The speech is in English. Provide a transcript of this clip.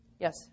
Yes